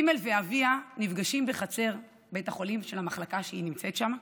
ג' ואביה נפגשים בחצר בית החולים של המחלקה שהיא נמצאת בה,